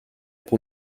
pour